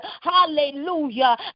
Hallelujah